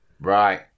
Right